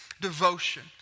devotion